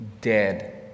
dead